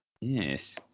Yes